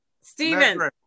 Stephen